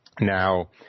Now